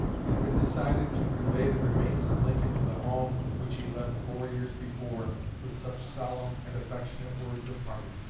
it had been decided to convey the remains of lincoln to the home which he left four years before with such solemn and affectionate words of parting.